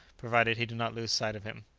provided he did not lose sight of him.